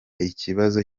ikibazo